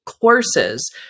courses